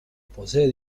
posee